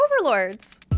overlords